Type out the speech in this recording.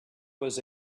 was